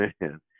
man